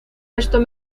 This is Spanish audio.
esto